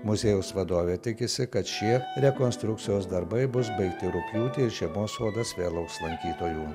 muziejaus vadovė tikisi kad šie rekonstrukcijos darbai bus baigti rugpjūtį ir žiemos sodas vėl lauks lankytojų